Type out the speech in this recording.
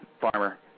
Farmer